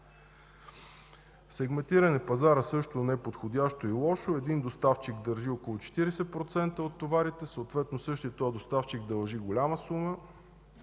сегментиран неподходящо и лошо – един доставчик държи около 40% от товарите, съответно същият този доставчик дължи голяма сума,